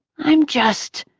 i'm just,